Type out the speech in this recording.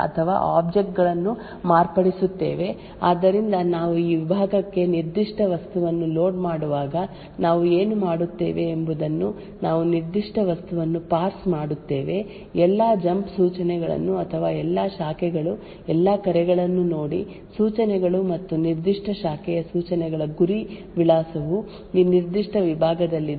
ಆದ್ದರಿಂದ ಇದನ್ನು ಮಾಡಲು ಒಂದೆರಡು ಮಾರ್ಗಗಳಿವೆ ಆದ್ದರಿಂದ ಲೋಡ್ ಸಮಯದಲ್ಲಿ ನಾವು ವಿಶ್ವಾಸಾರ್ಹವಲ್ಲದ ಕಾರ್ಯಗತಗೊಳಿಸಬಹುದಾದ ಅಥವಾ ಆಬ್ಜೆಕ್ಟ್ ಅನ್ನು ಮಾರ್ಪಡಿಸುತ್ತೇವೆ ಆದ್ದರಿಂದ ನಾವು ಈ ವಿಭಾಗಕ್ಕೆ ನಿರ್ದಿಷ್ಟ ವಸ್ತುವನ್ನು ಲೋಡ್ ಮಾಡುವಾಗ ನಾವು ಏನು ಮಾಡುತ್ತೇವೆ ಎಂಬುದನ್ನು ನಾವು ನಿರ್ದಿಷ್ಟ ವಸ್ತುವನ್ನು ಪಾರ್ಸ್ ಮಾಡುತ್ತೇವೆ ಎಲ್ಲಾ ಜಂಪ್ ಸೂಚನೆಗಳನ್ನು ಅಥವಾ ಎಲ್ಲಾ ಶಾಖೆಗಳು ಎಲ್ಲಾ ಕರೆಗಳನ್ನು ನೋಡಿ ಸೂಚನೆಗಳು ಮತ್ತು ನಿರ್ದಿಷ್ಟ ಶಾಖೆಯ ಸೂಚನೆಗಳ ಗುರಿ ವಿಳಾಸವು ಈ ನಿರ್ದಿಷ್ಟ ವಿಭಾಗದಲ್ಲಿದೆ ಎಂದು ಖಚಿತಪಡಿಸಿಕೊಳ್ಳಿ ಆದ್ದರಿಂದ ನಾವು ಇದನ್ನು ಕಾನೂನು ಜಂಪ್ ಗಳು ಎಂದು ಕರೆಯುತ್ತೇವೆ